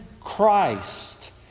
Christ